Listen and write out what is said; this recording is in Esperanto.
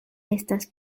estas